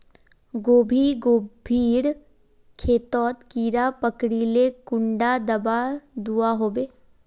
गोभी गोभिर खेतोत कीड़ा पकरिले कुंडा दाबा दुआहोबे?